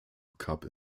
cup